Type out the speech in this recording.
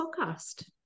podcast